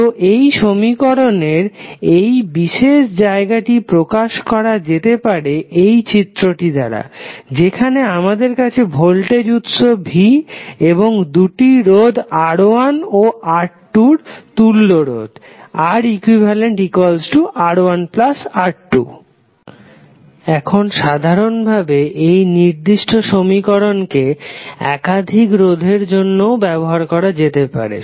তো এই সমীকরণের এই বিশেষ জায়গাটি প্রকাশ করা যেতে পারে এই চিত্রটির দ্বারা যেখানে আমাদের আছে ভোল্টেজ উৎস v এবং দুটি রোধ R1 ও R2 এর তুল্য রোধ ReqR1R2 এখন সাধারণভাবে এই নির্দিষ্ট সমীকরণকে একাধিক রোধের জন্য ও ব্যবহার করা যেতে পারে